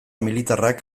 militarrak